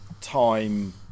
time